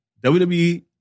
WWE